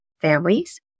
families